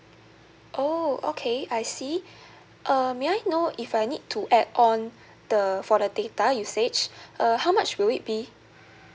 oh okay I see uh may I know if I need to add on the for the data usage uh how much will it be